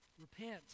repent